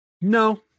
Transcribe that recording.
No